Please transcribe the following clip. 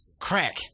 crack